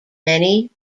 many